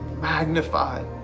magnified